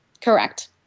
Correct